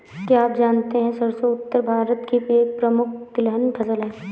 क्या आप जानते है सरसों उत्तर भारत की एक प्रमुख तिलहन फसल है?